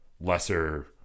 lesser